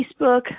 Facebook